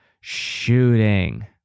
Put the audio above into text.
shooting